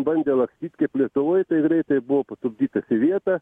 bandė lakstyti kaip lietuvoj tai greitai buvo patupdytas į vietą